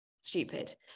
stupid